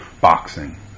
boxing